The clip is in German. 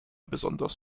besonders